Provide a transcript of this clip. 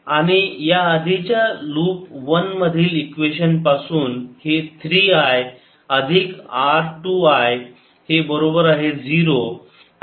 आणि या आधीच्या लूप 1 मधील इक्वेशन पासून हे 3 I अधिक R I 2 हे बरोबर आहे 0